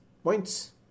points